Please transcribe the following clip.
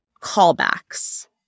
callbacks